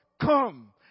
Come